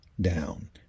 down